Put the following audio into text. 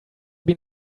been